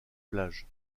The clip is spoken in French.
plages